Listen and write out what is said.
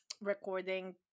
recording